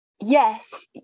yes